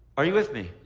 are you with me?